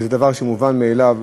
וזה דבר מובן מאליו,